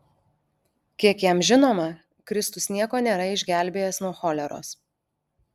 kiek jam žinoma kristus nieko nėra išgelbėjęs nuo choleros